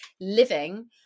living